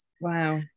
Wow